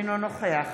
אינו נוכח